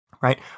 right